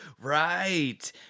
right